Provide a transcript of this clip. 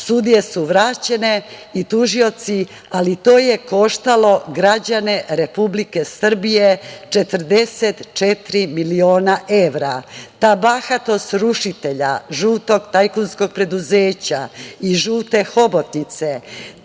Sudije su vraćene i tužioci, ali to je koštalo građane Republike Srbije 44 miliona evra. Ta bahatost rušitelja žutog, tajkunskog preduzeća i žute hobotnice